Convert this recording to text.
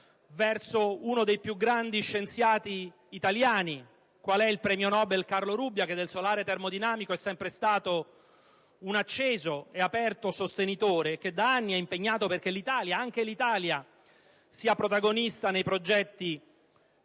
verso uno dei più grandi scienziati italiani, quale è il premio Nobel Carlo Rubbia (che del solare termodinamico è sempre stato un acceso ed aperto sostenitore e che da anni è impegnato perché anche l'Italia sia protagonista nei progetti